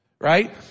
Right